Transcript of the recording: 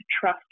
trust